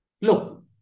look